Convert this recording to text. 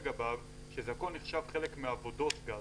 שזה הכול נחשב חלק מעבודות גז,